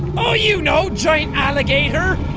oh, you know! giant alligator!